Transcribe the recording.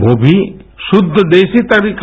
वो भी शुद्व देसी तरीका